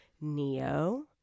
Neo